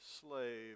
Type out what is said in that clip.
slave